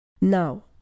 Now